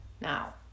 Now